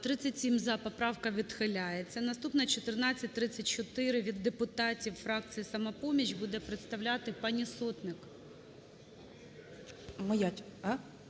За-37 Поправка відхиляється. Наступна - 1434 від депутатів фракції "Самопоміч" буде представляти пані Сотник.